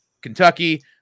Kentucky